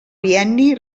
bienni